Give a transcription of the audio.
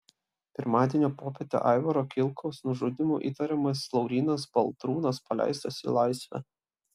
pirmadienio popietę aivaro kilkaus nužudymu įtariamas laurynas baltrūnas paleistas į laisvę